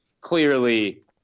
clearly